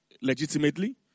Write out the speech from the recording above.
Legitimately